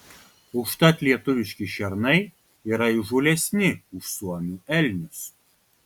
užtat lietuviški šernai yra įžūlesni už suomių elnius